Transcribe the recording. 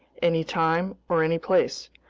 any time or any place.